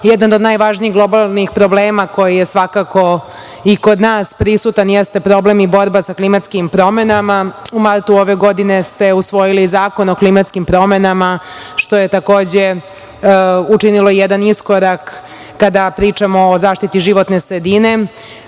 od najvažnijih globalnih problema koji je svakako i kod nas prisutan jeste problem i borba sa klimatskim promenama. U martu ove godine ste usvojili Zakon o klimatskim promenama, što je takođe učinilo jedan iskorak kada pričamo o zaštiti životne sredine. Mogu